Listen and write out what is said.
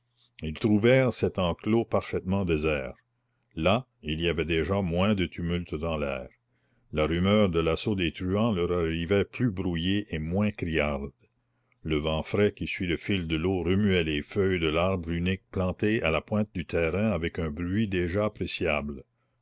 ils trouvèrent cet enclos parfaitement désert là il y avait déjà moins de tumulte dans l'air la rumeur de l'assaut des truands leur arrivait plus brouillée et moins criarde le vent frais qui suit le fil de l'eau remuait les feuilles de l'arbre unique planté à la pointe du terrain avec un bruit déjà appréciable